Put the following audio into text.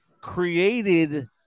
created